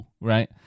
right